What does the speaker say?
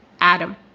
Adam